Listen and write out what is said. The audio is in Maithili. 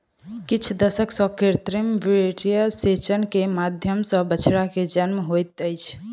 किछ दशक सॅ कृत्रिम वीर्यसेचन के माध्यम सॅ बछड़ा के जन्म होइत अछि